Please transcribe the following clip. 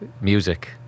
music